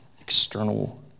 external